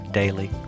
daily